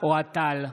אוהד טל,